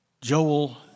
Joel